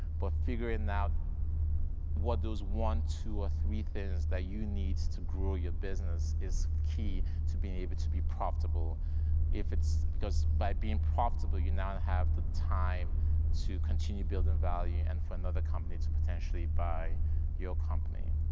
but figuring out what those one, two or three things that you need to grow your business is key to being able to be profitable if it's, because by being profitable, you now and have the time to continue building value and for a nother company to potentially buy your company.